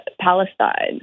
Palestine